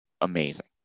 amazing